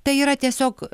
tai yra tiesiog